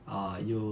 err 有